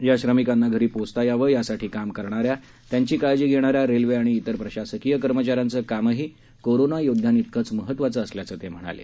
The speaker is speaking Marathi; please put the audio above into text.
या श्रमिकांना घरी पोचता यावं यासाठी काम करणाऱ्या त्यांची काळजी घेणाऱ्या रेल्वे अणि इतर प्रशासकीय कर्मचाऱ्यांचं कामही कोरोना योद्ध्यांइतकंच महत्त्वाचं आहे असं ते म्हणाले